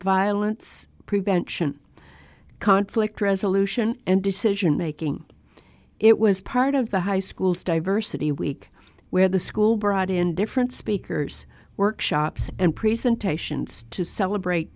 violence prevention conflict resolution and decision making it was part of the high school's diversity week where the school brought in different speakers workshops and presentations to celebrate